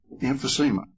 emphysema